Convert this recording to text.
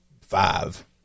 five